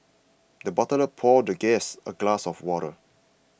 the butler poured the guest a glass of water